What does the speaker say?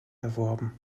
erworben